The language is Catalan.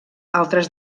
altres